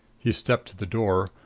he stepped to the door,